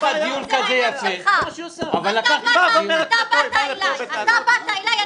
לקחת דיון כזה יפה --- אתה באת אלי.